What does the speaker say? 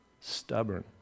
stubborn